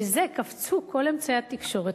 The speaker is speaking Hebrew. מזה קפצו כל אמצעי התקשורת,